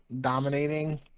dominating